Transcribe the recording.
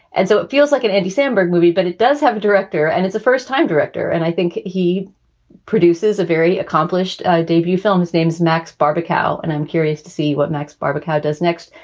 and so it feels like an andy samberg movie, but it does have a director and it's a first time director. and i think he produces a very accomplished debut film. his name's max barbagallo. and i'm curious to see what max barbacoa does next.